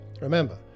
Remember